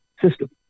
system